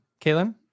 Caitlin